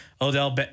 Odell